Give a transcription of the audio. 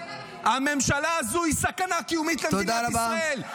הממשלה הזו היא סכנה קיומית למדינת ישראל.